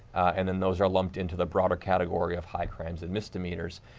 and and those are lumped into the broader category of high crimes and misdemeanors.